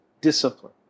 discipline